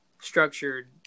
structured